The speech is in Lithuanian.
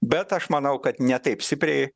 bet aš manau kad ne taip stipriai